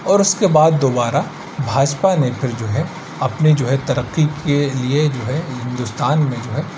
اور اس کے بعد دوبارہ بھاجپا نے پھر جو ہے اپنی جو ہے ترقی کے لیے جو ہے ہندوستان میں جو ہے